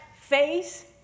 face